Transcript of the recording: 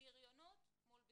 בריונות מול בריונות.